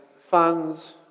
funds